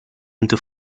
into